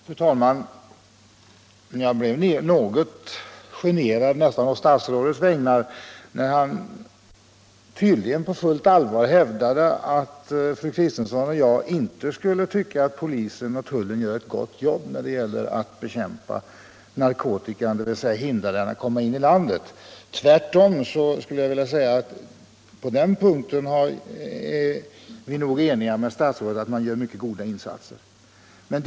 Fru talman! Jag blev nästan generad å statsrådets vägnar när han tydligen på fullt allvar hävdade att fru Kristensson och jag inte tyckte att polisen och tullen gör ett gott jobb för att bekämpa narkotikan, dvs. att hindra den från att komma in i landet. | Tvärtom är vi nog eniga med statsrådet på denna punkt om att det görs mycket goda insatser här.